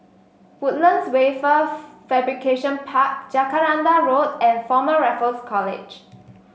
Woodlands Wafer Fabrication Park Jacaranda Road and Former Raffles College